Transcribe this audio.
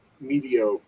media